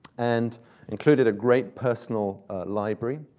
and included a great personal library.